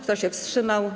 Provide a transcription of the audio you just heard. Kto się wstrzymał?